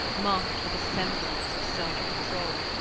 mocked with a semblance of self control,